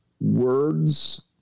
words